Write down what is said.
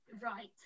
Right